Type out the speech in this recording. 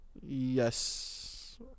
Yes